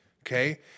Okay